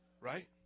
right